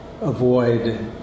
avoid